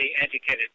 educated